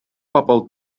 bobol